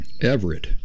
Everett